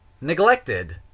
neglected